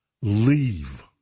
leave